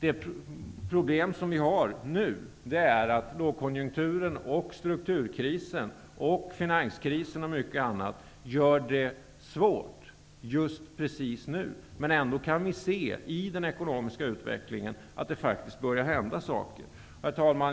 Ett problem är att lågkonjunkturen, strukturkrisen, finanskrisen och mycket annat gör detta svårt just nu, men ändå kan vi se att det börjar hända saker i den ekonomiska utvecklingen. Herr talman!